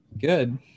good